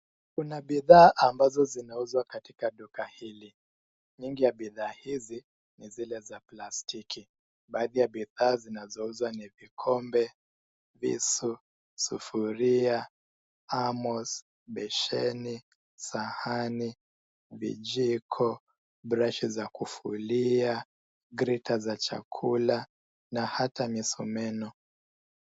Kuna bidhaa ambazo zinauzwa katika duka hili. Nyingi ya bidhaa hizi ni zile za plastiki. Baadhi ya bidhaa zinazouzwa ni vikombe, visu, sufuria thermos ,besheni, sahani, vijiko, brashi za kufulia grater za chakula na hata misumeno.